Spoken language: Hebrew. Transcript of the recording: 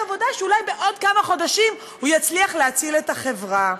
בהנחת עבודה שאולי בעוד כמה חודשים הוא יצליח להציל את החברה.